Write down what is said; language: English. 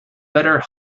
better